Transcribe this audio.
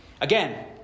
Again